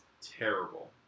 terrible